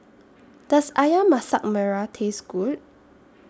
Does Ayam Masak Merah Taste Good